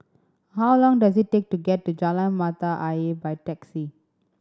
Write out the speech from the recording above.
how long does it take to get to Jalan Mata Ayer by taxi